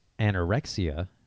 anorexia